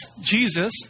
Jesus